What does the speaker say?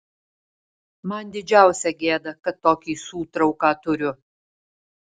man didžiausia gėda kad tokį sūtrauką turiu